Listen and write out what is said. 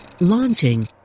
Launching